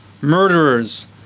murderers